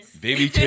Baby